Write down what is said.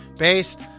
based